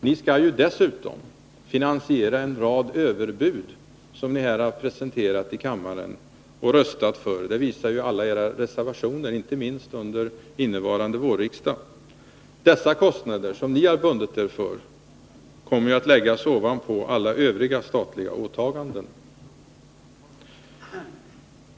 Ni skall ju dessutom finansiera en rad överbud som ni har presenterat i kammaren och röstat för — det visar alla era reservationer, inte minst under innevarande vår. Dessa kostnader som ni har bundit er för kommer att läggas ovanpå alla övriga statliga åtaganden.